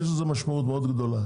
יש לזה משמעות מאוד גדולה.